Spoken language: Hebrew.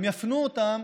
והם יפנו אותם